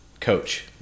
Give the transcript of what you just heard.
coach